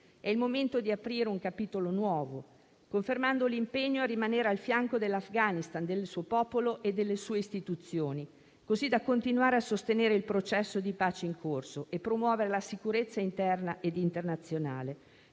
È il momento di aprire un capitolo nuovo, confermando l'impegno a rimanere al fianco dell'Afghanistan, del suo popolo e delle sue istituzioni, così da continuare a sostenere il processo di pace in corso e promuovere la sicurezza interna e internazionale,